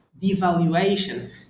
devaluation